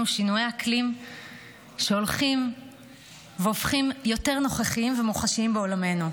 שינויי אקלים שהולכים והופכים יותר נוכחים ומוחשיים בעולמנו,